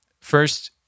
first